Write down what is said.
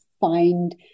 find